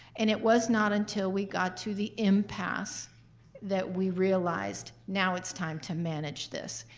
and it was not until we got to the impasse that we realized now it's time to manage this.